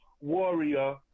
warrior